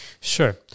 Sure